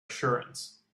assurance